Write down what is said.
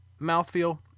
mouthfeel